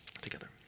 together